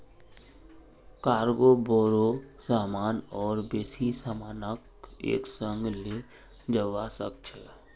cargo बोरो सामान और बेसी सामानक एक संग ले जव्वा सक छ